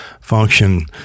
function